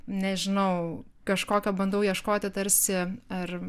nežinau kažkokio bandau ieškoti tarsi ar